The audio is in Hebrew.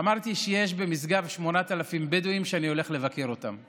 אמרתי שיש במשגב 8,000 בדואים שאני הולך לבקר אותם,